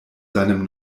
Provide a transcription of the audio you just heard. seinem